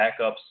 backups